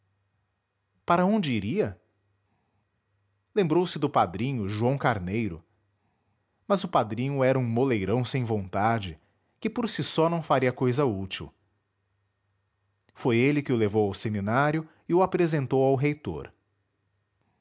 para onde iria lembrou-se do padrinho joão carneiro mas o padrinho era um moleirão sem vontade que por si só não faria cousa útil foi ele que o levou ao seminário e o apresentou ao reitor